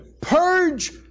Purge